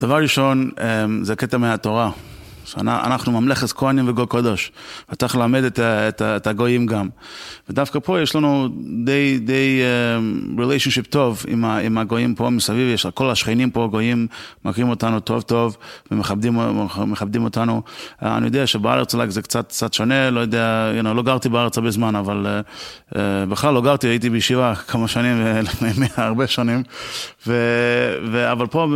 דבר ראשון, זה קטע מהתורה, שאנחנו ״ממלכת כוהנים וגוי קודש״. אתה צריך ללמד את הגויים גם. ודווקא פה יש לנו די relationship טוב עם הגויים פה, מסביב. יש כל השכנים פה, גויים מכירים אותנו טוב-טוב ומכבדים אותנו. אני יודע שבארץ זה קצת שונה, לא יודע, לא גרתי בארץ הרבה בזמן, אבל... בכלל לא גרתי, הייתי בישיבה כמה שנים, לפני הרבה שנים.